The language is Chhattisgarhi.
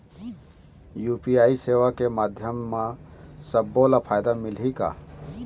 यू.पी.आई सेवा के माध्यम म सब्बो ला फायदा मिलही का?